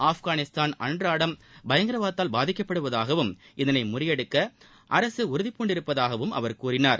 ஆப்கானிஸ்தான் அன்றாடம் பயங்கரவாதத்தால் பாதிக்கப்படுவதாகவும் இதனை முறியடிக்க அரசு உறுதி பூண்டிருப்பதாகவும் அவர் கூறினார்